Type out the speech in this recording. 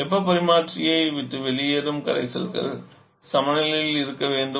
வெப்பப் பரிமாற்றியை விட்டு வெளியேறும் கரைசல்கள் சமநிலையில் இருக்க வேண்டும்